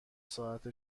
ساعت